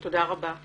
תודה רבה.